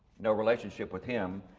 no relationship with him.